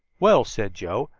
well, said joe,